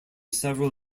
several